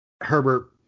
Herbert